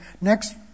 Next